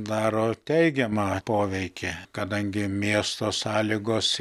daro teigiamą poveikį kadangi miesto sąlygos